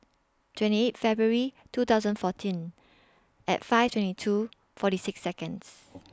twenty eight February two thousand fourteen At five twenty two forty six Seconds